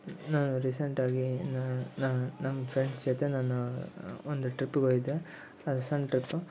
ನಾನು ರೀಸೆಂಟಾಗಿ ನಮ್ಮ ಫ್ರೆಂಡ್ಸ್ ಜೊತೆ ನಾನು ಒಂದು ಟ್ರಿಪ್ಪಿಗೆ ಹೋಯಿದ್ದೆ ಅದು ಸಣ್ಣ ಟ್ರಿಪ್ಪು